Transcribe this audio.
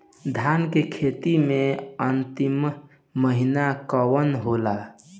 धान के खेती मे अन्तिम महीना कुवार होला?